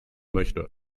möchte